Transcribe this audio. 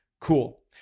Cool